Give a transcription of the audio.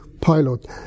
pilot